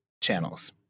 channels